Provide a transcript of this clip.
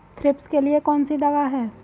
Thrips के लिए कौन सी दवा है?